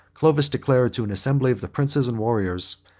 clovis declared to an assembly of the princes and warriors,